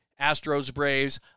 Astros-Braves